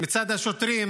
מצד השוטרים